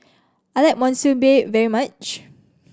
I like Monsunabe very much